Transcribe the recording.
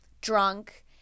drunk